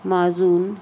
माजून